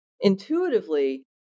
intuitively